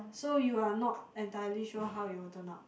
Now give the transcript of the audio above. so you are not entirely sure how you turn up